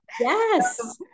Yes